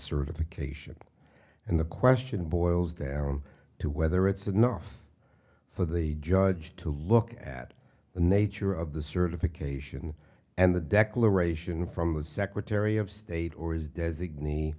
certification and the question boils down to whether it's enough for the judge to look at the nature of the certification and the declaration from the secretary of state or his design